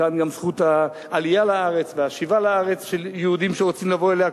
מכאן גם זכות העלייה לארץ והשיבה לארץ של יהודים שרוצים לבוא אליה,